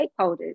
stakeholders